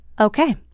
okay